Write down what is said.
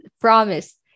promise